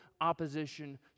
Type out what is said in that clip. opposition